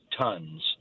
tons